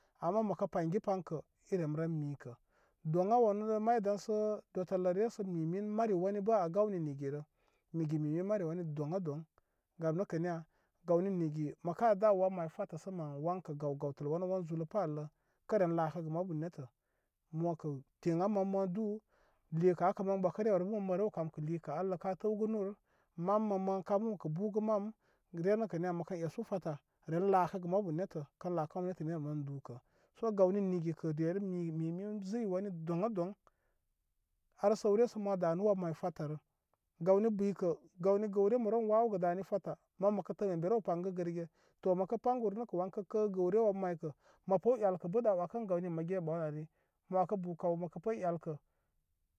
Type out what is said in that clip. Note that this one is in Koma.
Ama məpə paygi paŋ kə́ i rem ren mikə doŋ a wanurə may daŋsə dotələ resə mimin mari wani bə a gawni nigirə nigi mimin mari wani doŋ a doŋ gam nəkə niya gawni nig mə ka daw wan may sata sə mən wan kə gaw gawtəl wani wan zullə pa al lə kə ren lakəgə mabu nettə mokə teŋ a mo mən duw likə akə mən gbakəre aybə mən mə re kamkə likə allə ka kəw gunu mam məŋ ma kamu kə bugə mam gə re nəkə niya mə kən yesu tata re lakəgə mabu nettə kən lakə nə irem ren dukə so gawni nikə dera mikə mi min ziyi wani doŋ a doŋ har səwre sə ma danuwan may fatarə gawni buykə gawni gawre mə rew wa wəgə dani tata mən məkə tə mən mə rew pangə gə rər ge to məkə panguru nəkə wankə kə gawre wan may kə məpəw elkə bə ka wəkə ən gaw ni mə gew ɓawni ani mə wəkə bu kaw mə pə elkə